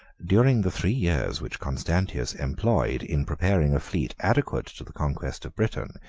during the three years which constantius employed in preparing a fleet adequate to the conquest of britain,